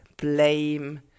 blame